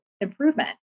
improvement